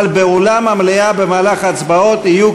אבל באולם המליאה במהלך ההצבעות יהיו,